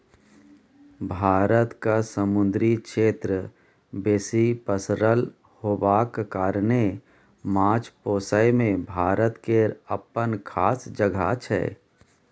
भारतक समुन्दरी क्षेत्र बेसी पसरल होबाक कारणेँ माछ पोसइ मे भारत केर अप्पन खास जगह छै